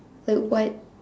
like what